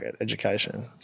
education